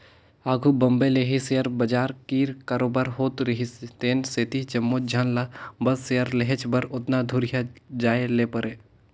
आघु बॉम्बे ले ही सेयर बजार कीर कारोबार होत रिहिस तेन सेती जम्मोच झन ल बस सेयर लेहेच बर ओतना दुरिहां जाए ले परे